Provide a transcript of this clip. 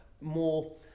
more